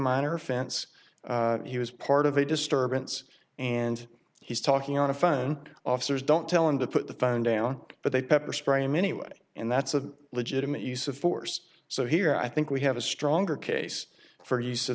minor offense he was part of a disturbance and he's talking on a phone officers don't tell him to put the phone down but they pepper spray in many way and that's a legitimate use of force so here i think we have a stronger case for